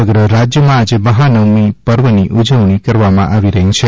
સમગ્ર રાજ્યમાં આજે મહાબવમી પર્વની ઉજવણી કરવામાં આવી રહી છે